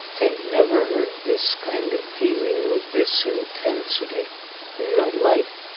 i've never heard this kind of feeling with this intensity in my life.